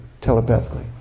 telepathically